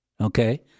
okay